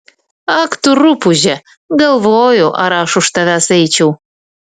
ak tu rupūže galvoju ar aš už tavęs eičiau